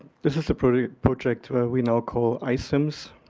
this is a project project we now call ises